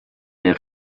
der